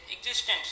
existence